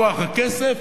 כוח הכסף,